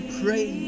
pray